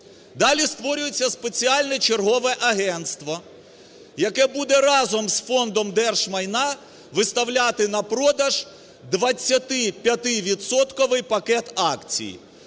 Далі створюється спеціальне чергове агентство, яке буде разом з Фондом держмайна виставляти на продаж 25-відсотковий